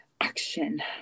action